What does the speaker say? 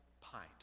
pint